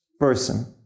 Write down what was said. person